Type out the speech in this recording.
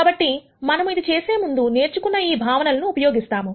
కాబట్టి మనము ఇది చేసే ముందు నేర్చుకున్న ఈ భావనలను ఉపయోగిస్తాం